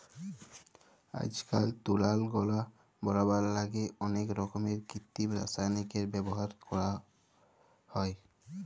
আইজকাইল তুলার গলা বলাবার ল্যাইগে অলেক রকমের কিত্তিম রাসায়লিকের ব্যাভার ক্যরা হ্যঁয়ে থ্যাকে